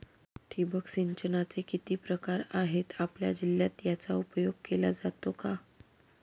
ठिबक सिंचनाचे किती प्रकार आहेत? आपल्या जिल्ह्यात याचा उपयोग केला जातो का?